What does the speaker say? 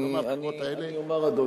ולא מהבחירות האלה,